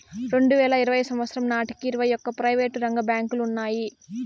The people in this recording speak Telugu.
రెండువేల ఇరవై సంవచ్చరం నాటికి ఇరవై ఒక్క ప్రైవేటు రంగ బ్యాంకులు ఉన్నాయి